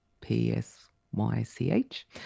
P-S-Y-C-H